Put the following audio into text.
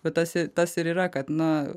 va tas tas ir yra kad na